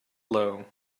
low